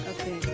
Okay